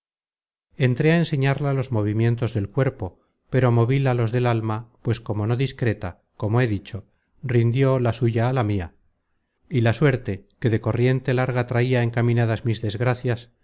entré á enseñarla los movimientos del cuerpo pero movíla los del alma pues como no discreta como he dicho rindió la suya á la mia y la suerte que de corriente larga traia encaminadas mis desgracias